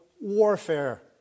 warfare